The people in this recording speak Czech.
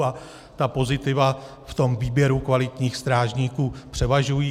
A ta pozitiva ve výběru kvalitních strážníků převažují.